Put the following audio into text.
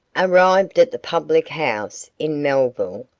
arrived at the public house in melville,